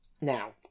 Now